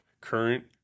current